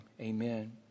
Amen